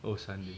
oh sunday